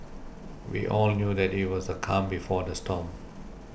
we all knew that it was the calm before the storm